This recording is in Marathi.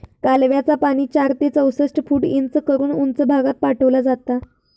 कालव्याचा पाणी चार ते चौसष्ट फूट उंच करून उंच भागात पाठवला जाता